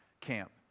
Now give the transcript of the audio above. camp